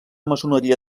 maçoneria